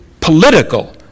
political